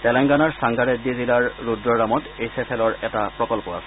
তেলেংগনাৰ চাংগাৰেড্ডী জিলাৰ ৰুদ্ৰৰামত H F এলৰ এটা প্ৰকল্প আছে